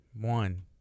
one